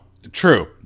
True